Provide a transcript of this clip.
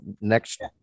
next